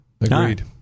Agreed